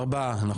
ארבעה.